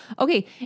Okay